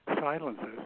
silences